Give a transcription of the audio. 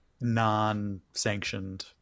non-sanctioned